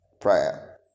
Prayer